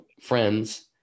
friends –